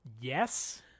yes